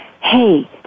Hey